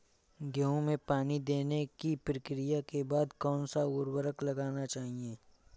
गेहूँ में पानी देने की प्रक्रिया के बाद कौन सा उर्वरक लगाना चाहिए?